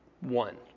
One